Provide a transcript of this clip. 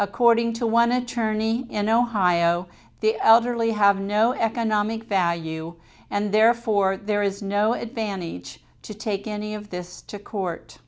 according to one attorney in ohio the elderly have no economic value and therefore there is no advantage to take any of this to court